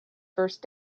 first